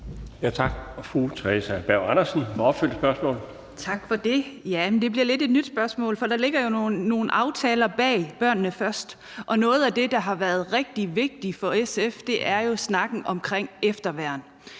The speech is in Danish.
Kl. 12:17 Theresa Berg Andersen (SF): Tak for det. Det bliver lidt et nyt spørgsmål, for der ligger jo nogle aftaler bag »Børnene Først«, og noget af det, der har været rigtig vigtigt for SF, er snakken om efterværn.